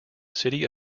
city